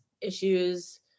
issues